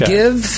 Give